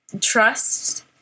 Trust